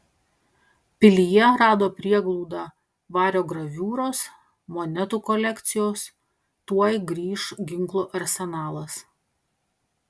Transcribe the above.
pilyje rado prieglaudą vario graviūros monetų kolekcijos tuoj grįš ginklų arsenalas